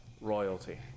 royalty